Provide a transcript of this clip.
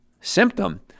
symptom